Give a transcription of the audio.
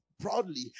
proudly